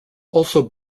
also